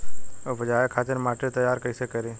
उपजाये खातिर माटी तैयारी कइसे करी?